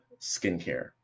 skincare